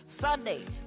Sunday